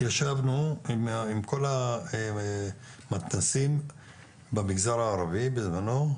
ישבנו עם כל המתנ"סים במגזר הערבי בזמנו.